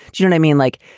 yeah and i mean, like,